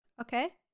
okay